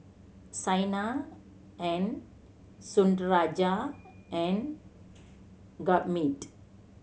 Saina and Sundaraiah and Gurmeet